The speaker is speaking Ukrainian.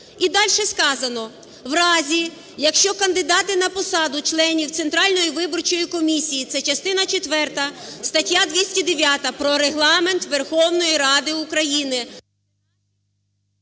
І дальше сказано: "В разі, якщо кандидати на посаду членів Центральної виборчої комісії – це частина четверта, стаття 209 "Про Регламент Верховної Ради України"…